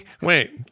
Wait